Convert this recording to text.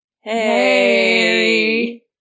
Hey